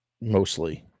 mostly